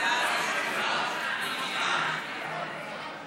ההצעה להעביר את